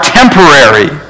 temporary